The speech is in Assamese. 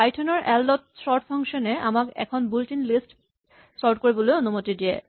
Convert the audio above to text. পাইথন ৰ এল ডট চৰ্ট ফাংচন এ আমাক এখন বুইল্ট ইন লিষ্ট চৰ্ট কৰিবলৈ অনুমতি দিয়ে